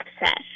access